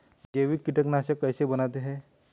जैविक कीटनाशक कैसे बनाते हैं?